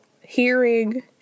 hearing